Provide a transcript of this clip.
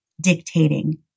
dictating